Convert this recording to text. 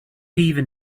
even